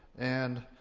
and.